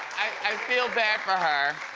i feel bad for her.